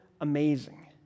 amazing